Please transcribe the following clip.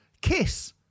Kiss